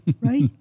right